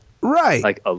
Right